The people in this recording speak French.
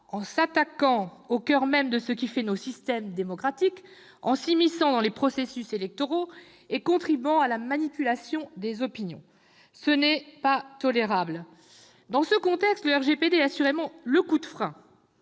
en s'attaquant au coeur de ce qui fait nos systèmes démocratiques, s'immisçant dans les processus électoraux et contribuant à la manipulation des opinions. Ce n'est pas tolérable ! Dans ce contexte, le RGPD est assurément le coup de frein